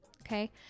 Okay